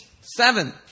seven